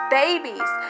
babies